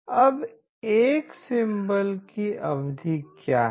अब एक सिंबॉल की अवधि क्या है